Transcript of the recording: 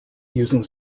using